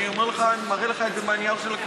אני מראה לך את זה מהנייר של הכנסת.